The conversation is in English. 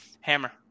Hammer